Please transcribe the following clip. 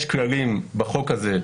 יש כללים בחוק הזה,